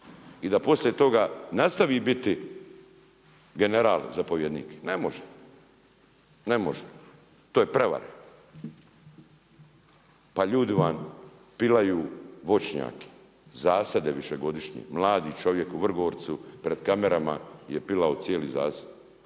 i da poslije toga nastavi biti general zapovjednik. Ne može, ne može, to je prevara. Pa ljudi vam pilaju voćnjake, zasade višegodišnje. Mladi čovjek u Vrgorcu pred kamerama je pilao cijeli zasad.